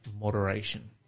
moderation